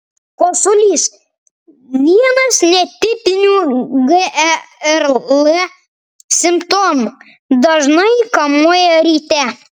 kosulys vienas netipinių gerl simptomų dažnai kamuoja ryte